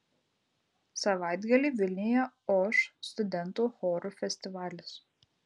savaitgalį vilniuje oš studentų chorų festivalis